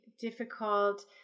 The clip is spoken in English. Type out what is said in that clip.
difficult